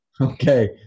Okay